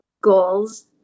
goals